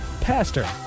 Pastor